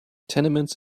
tenements